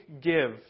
give